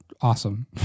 awesome